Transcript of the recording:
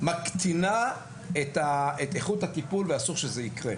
מקטינה את איכות הטיפול, ואסור שזה יקרה.